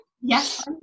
yes